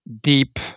deep